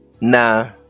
Nah